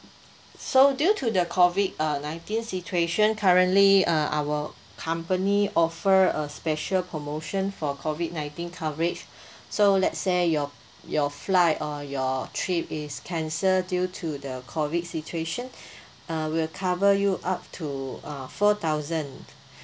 so due to the COVID uh nineteen situation currently uh our company offer a special promotion for COVID nineteen coverage so let's say your your flight or your trip is canceled due to the COVID situation uh we'll cover you up to uh four thousand